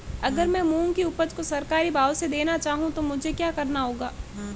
अगर मैं मूंग की उपज को सरकारी भाव से देना चाहूँ तो मुझे क्या करना होगा?